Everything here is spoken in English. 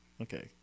Okay